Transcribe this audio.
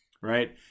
right